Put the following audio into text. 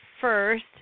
first